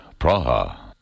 Praha